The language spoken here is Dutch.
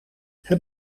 het